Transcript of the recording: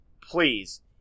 please